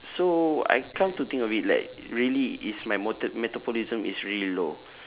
so I come to think of it like really is my meta~ metabolism is really low